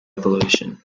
evolution